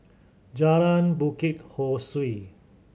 Jalan Bukit Ho Swee